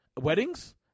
Weddings